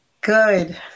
Good